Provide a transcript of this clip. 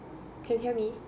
can hear me